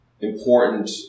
important